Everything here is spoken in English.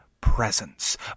presence